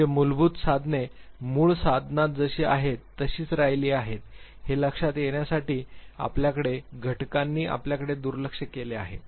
म्हणजे मूलभूत साधने मूळ साधनात जशी आहेत तशीच राहिली आहेत हे लक्षात येण्यासाठी आपल्याकडे घटकांनी आपल्याकडे दुर्लक्ष केले आहे